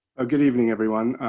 ah good evening, everyone.